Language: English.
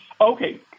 Okay